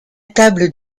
table